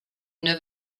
une